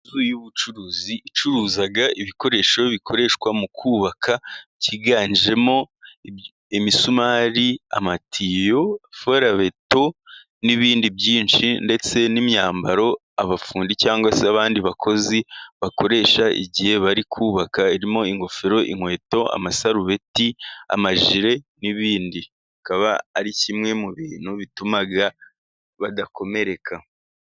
Inzu y'ubucuruzi icuruza ibikoresho bikoreshwa mu kubaka byiganjemo imisumari, amatiyo, ferabeto n'ibindi byinshi, ndetse n'imyambaro abafundi cyangwa se abandi bakozi bakoresha, igihe bari kubaka. Irimo ingofero, inkweto, amasarubeti, amajire n'ibindi. Bikaba ari kimwe mu bintu bituma badakomereka.